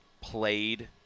played